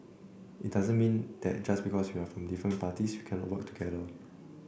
it doesn't mean that just because we're from different parties we cannot work together